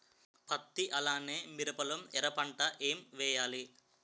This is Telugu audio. పత్తి అలానే మిరప లో ఎర పంట ఏం వేయాలి?